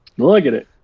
look at it.